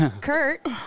Kurt